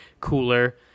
cooler